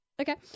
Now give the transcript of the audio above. Okay